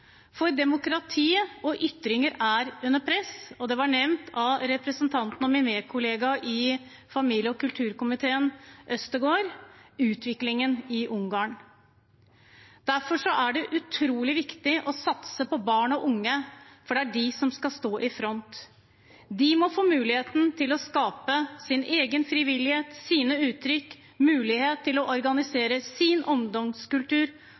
for demokratiet og ytringer er under press. Representanten Øvstegård, min kollega i familie- og kulturkomiteen, nevnte utviklingen i Ungarn. Derfor er det utrolig viktig å satse på barn og unge, for det er de som skal stå i front. De må få muligheten til å skape sin egen frivillighet, sine uttrykk, mulighet til å organisere sin ungdomskultur